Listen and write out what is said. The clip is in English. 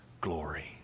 glory